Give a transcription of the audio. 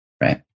right